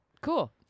Cool